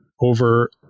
over